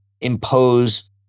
impose